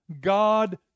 God